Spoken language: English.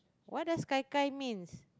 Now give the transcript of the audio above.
what does Gai-Gai means